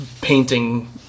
painting